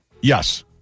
Yes